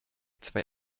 zwei